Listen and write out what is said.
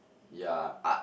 yea but